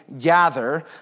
gather